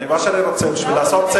גם הוא צודק.